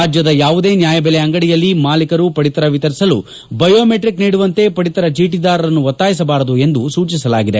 ರಾಜ್ಯದ ಯಾವುದೇ ನ್ಯಾಯಬೆಲೆ ಅಂಗಡಿಯಲ್ಲಿ ಮಾಲೀಕರು ಪಡಿತರ ವಿತರಿಸಲು ಬಯೋಮೆಟ್ರಿಕ್ ನೀಡುವಂತೆ ಪದಿತರ ಚೀಟಿದಾರರನ್ನು ಒತ್ತಾಯಿಸಬಾರದು ಎಂದು ಸೂಚಿಸಲಾಗಿದೆ